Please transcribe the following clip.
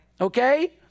Okay